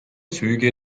züge